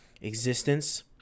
existence